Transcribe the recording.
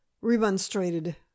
remonstrated